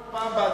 כל פעם בהצבעה,